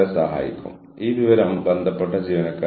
ഇത് സുസ്ഥിരതയുടെ വ്യാഖ്യാനങ്ങളുമായി ബന്ധപ്പെട്ടിരിക്കുന്നു